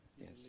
Yes